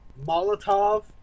Molotov